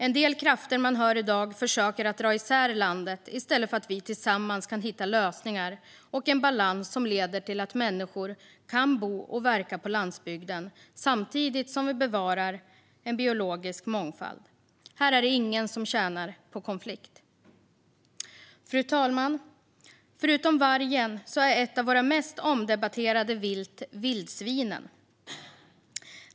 En del krafter man hör i dag försöker dra isär landet i stället för att se till att vi tillsammans kan hitta lösningar och en balans som leder till att människor kan bo och verka på landsbygden samtidigt som vi bevarar en biologisk mångfald. Ingen tjänar på konflikt här. Fru talman! Förutom vargen är ett våra mest omdebatterade vilt vildsvinen.